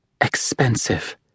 Expensive